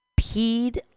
peed